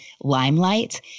Limelight